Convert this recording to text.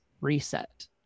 reset